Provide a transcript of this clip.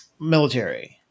military